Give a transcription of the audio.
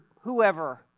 whoever